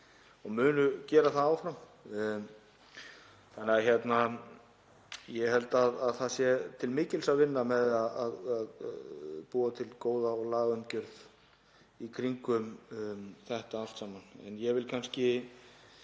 og munu gera það áfram. Ég held að það sé til mikils að vinna með að búa til góða lagaumgjörð í kringum þetta allt saman. Ég sé,